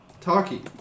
Talkie